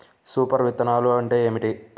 Super విత్తనాలు అంటే ఏమిటి?